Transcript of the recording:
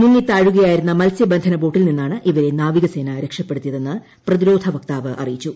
മുങ്ങിത്താഴുകയായിരുന്ന മൽസ്യബ്ബന്ധന ബോട്ടിൽ നിന്നാണ് ഇവരെ നാവികസേന രക്ഷപ്പെടുത്തിയുതെന്ന് പ്രതിരോധവക്താവ് അറിയിച്ചു